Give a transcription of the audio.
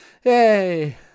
hey